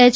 H